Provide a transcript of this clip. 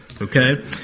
okay